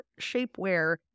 shapewear